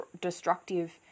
destructive